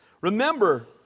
Remember